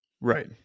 Right